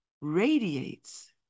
radiates